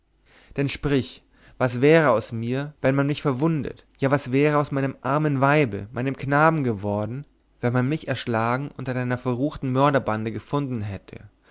denn sprich was wäre aus mir wenn man mich verwundet ja was wäre aus meinem armen weibe meinem knaben geworden wenn man mich erschlagen unter deiner verruchten mörderbande gefunden hätte